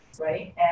Right